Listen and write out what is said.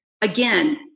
Again